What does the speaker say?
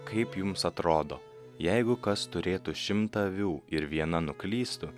kaip jums atrodo jeigu kas turėtų šimtą avių ir viena nuklystų